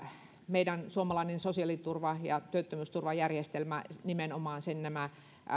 meidän suomalaisen sosiaaliturva ja työttömyysturvajärjestelmämme nimenomaan nämä